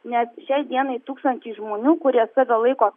nes šiandien dienai tūktančiai žmonių kurie save laiko